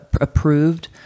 approved